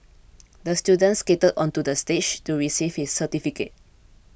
the student skated onto the stage to receive his certificate